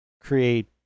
create